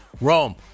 Rome